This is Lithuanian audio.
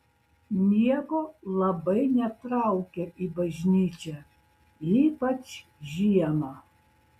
nieko labai netraukia į bažnyčią ypač žiemą